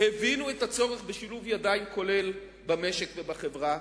הבינו את הצורך בשילוב ידיים כולל במשק ובחברה,